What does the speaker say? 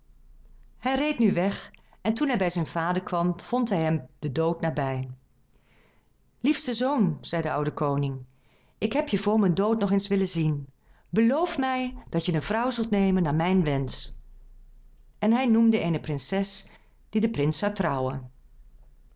hij reed nu weg en toen hij bij zijn vader kwam vond hij hem den dood nabij liefste zoon zei de oude koning ik heb je voor mijn dood nog eens willen zien beloof mij dat je een vrouw zult nemen naar mijn wensch en hij noemde eene prinses die de prins zou trouwen